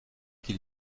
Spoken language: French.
qu’il